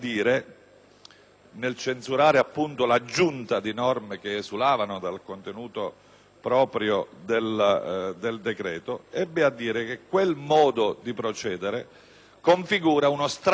nel censurare l'aggiunta di norme che esulavano dal contenuto proprio del decreto, ebbe a dire che quel modo di procedere configura uno stravolgimento